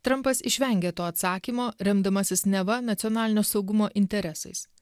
trampas išvengė to atsakymo remdamasis neva nacionalinio saugumo interesais